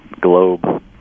globe